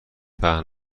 پهن